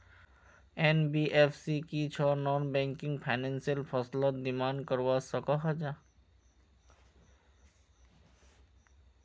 NBFC की छौ non banking financial फसलोत डिमांड करवा सकोहो जाहा?